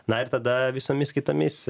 na ir tada visomis kitomis